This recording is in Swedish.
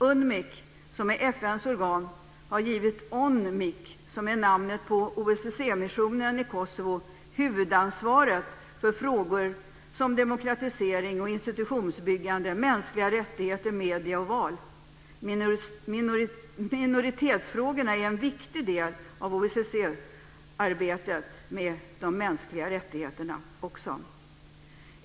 UNMIK, som är FN:s organ, har gett ONMIK, som är namnet på OSSE-missionen i Kosovo, huvudansvaret för frågor som demokratisering och institutionsbyggande, mänskliga rättigheter, medier och val. Minoritetsfrågorna är också en viktig del av OSSE arbetet med de mänskliga rättigheterna.